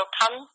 come